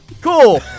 cool